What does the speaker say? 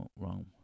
wrong